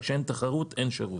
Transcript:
כשאין תחרות אין שירות.